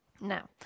Now